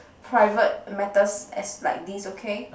private matters as like this okay